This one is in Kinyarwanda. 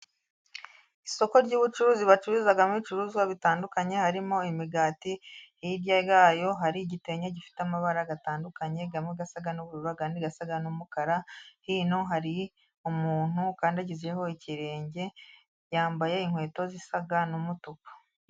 Isoko ry'ubucuruzi bacururizamo ibicuruzwa bitandukanye, harimo imigati, hirya yaho hari igitenge gifite amabara atandukanye, amwe asa n'ubururu, andi asa n'umukara, hino hari umuntu ukandagijeho ikirenge, yambaye inkweto zisa n'umutuku.